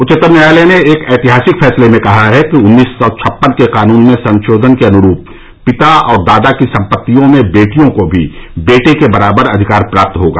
उच्चतम न्यायालय ने एक ऐतिहासिक फैसले में कहा है कि उन्नीस सौ छप्पन के कानून के संशोधन के अनुरूप पिता और दादा की संपत्ति में बेटियों को भी बेटे के बराबर अधिकार प्राप्त होगा